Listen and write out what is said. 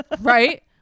Right